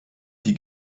die